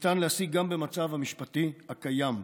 גם במצב המשפטי הקיים.